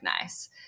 nice